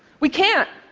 we can't.